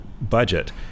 budget